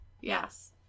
Yes